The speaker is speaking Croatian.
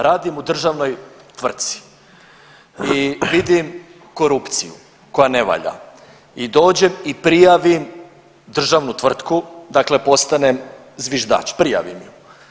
Radim u državnoj tvrci i vidim korupciju koja ne valja i dođem i prijavim državnu tvrtku, dakle postanem zviždač, prijavim ju.